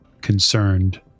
Concerned